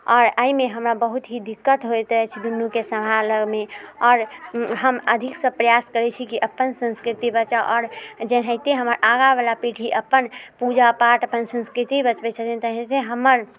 आओर अइमे हमरा बहुत ही दिक्कत होइत अछि दुनूके सम्हालऽमे आओर हम अधिकसँ प्रयास करै छी की अपन संस्कृति बचाउ आओर जेनाहिते हमर आगावला पीढ़ी अपन पूजा पाठ अपन संस्कृति बचबै छथिन तेनाहिते हमर